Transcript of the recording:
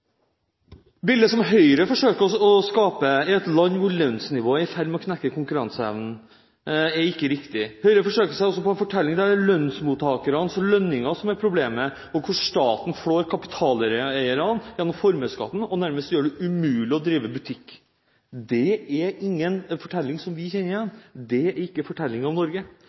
Bildet som Høyre forsøker å skape, av et land hvor lønnsnivået er i ferd med å knekke konkurranseevnen, er ikke riktig. Høyre forsøker seg også på en fortelling der det er lønnsmottakernes lønninger som er problemet, og der staten flår kapitaleierne gjennom formuesskatten og nærmest gjør det umulig å drive butikk. Det er ingen fortelling som vi kjenner igjen. Det er ikke fortellingen om Norge.